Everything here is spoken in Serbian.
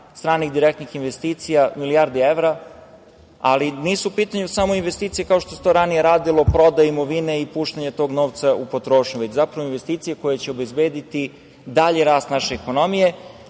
stranih direktnih investicija. Ali, nisu u pitanju samo investicije, kao što se to ranije radilo, prodaja imovine i puštanje tog novca u potrošnju, već zapravo investicije koje će obezbediti dalji rast naše ekonomije. Da